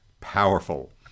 powerful